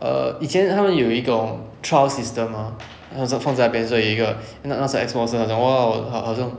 err 以前他们有一个 hor trial system ah 那种放在那边所以一个那种 X box ah 想不到好像